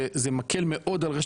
זה מקל מאוד על רשת